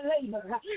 labor